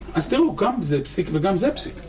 אז תראו, גם זה פסיק וגם זה פסיק.